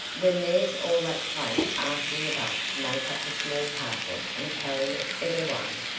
when there's all that plate asking of us to make up a small parcel and carry it away?